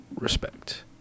respect